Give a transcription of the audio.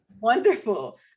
wonderful